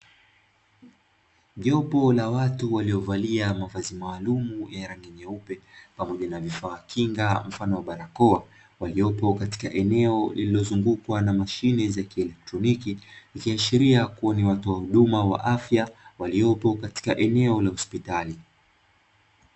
Jopo la watu waliyovalia mavazi maalumu yenye rangi nyeupe pamoja na vifaa kinga mfano wa barakoa, waliyopo katika eneo lililozungukwa na mashine za kielektroniki ikiashiria kuwa watoa huduma za afya waliyopo katika eneo la hospitali.